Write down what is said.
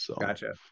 Gotcha